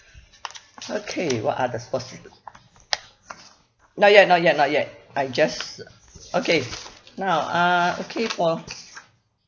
okay what are the sports you do not yet not yet not yet I just okay now uh okay for